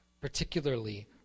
particularly